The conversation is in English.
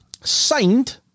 Signed